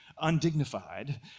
undignified